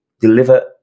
deliver